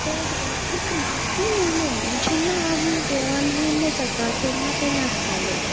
तें किदें एक भक्ती मुवमेंट हे जेन्ना आमी देवान लीन जातात तेन्ना ते नाचताले